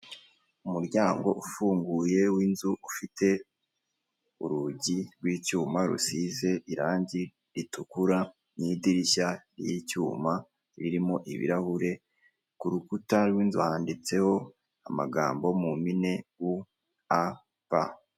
Umuryango ufunguye w'inzu ufite urugi rw'icyuma rusize irangi ritukura mu idirishya ry'icyuma ririmo ibirahure, k'urukuta rw'inzu handitseho amagambo mu mpine u a p.